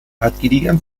adquirían